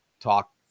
talk